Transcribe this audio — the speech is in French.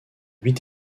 huit